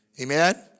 Amen